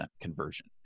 conversion